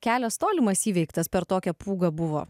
kelias tolimas įveiktas per tokią pūgą buvo